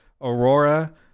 Aurora